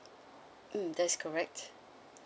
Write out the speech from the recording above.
mm that's correct